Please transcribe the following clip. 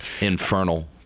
Infernal